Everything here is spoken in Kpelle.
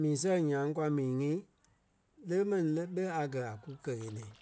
Mii sɛŋ nyaŋ kwa mii ŋí le mɛni le ɓé a gɛ̀ a kú kɛ-ɣeniɛi.